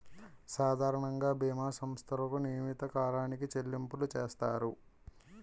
సాధారణంగా బీమా సంస్థలకు నియమిత కాలానికి చెల్లింపులు చేస్తారు